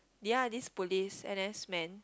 ya this police N_S man